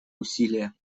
усилия